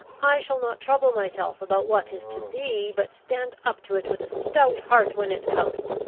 i shall not trouble myself about what is to be, but stand up to it with a stout heart when it comes.